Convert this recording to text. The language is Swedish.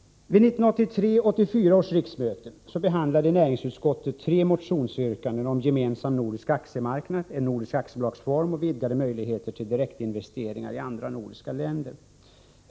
Vid 1983/84 års riksmöte behandlade näringsutskottet tre motionsyrkanden om en gemensam nordisk aktiemarknad, en nordisk aktiebolagsform och vidgade möjligheter till direktinvesteringar i andra nordiska länder.